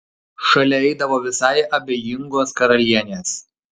šalia eidavo visai abejingos karalienės